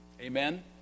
Amen